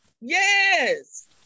Yes